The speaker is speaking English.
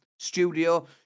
Studio